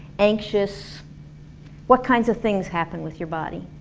anxious what kinds of things happen with your body?